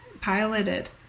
piloted